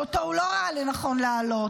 שאותו הוא לא ראה לנכון להעלות.